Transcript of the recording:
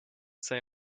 say